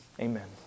amen